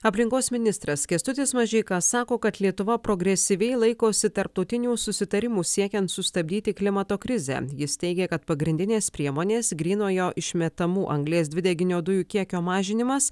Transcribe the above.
aplinkos ministras kęstutis mažeika sako kad lietuva progresyviai laikosi tarptautinių susitarimų siekiant sustabdyti klimato krizę jis teigia kad pagrindinės priemonės grynojo išmetamų anglies dvideginio dujų kiekio mažinimas